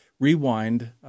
Rewind